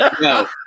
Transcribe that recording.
No